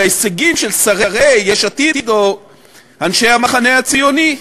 ההישגים של שרי יש עתיד או אנשי המחנה הציוני.